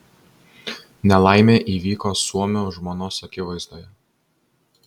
nelaimė įvyko suomio žmonos akivaizdoje